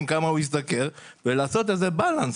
כדי לראות כמה הוא השתכר ולעשות איזשהו איזון.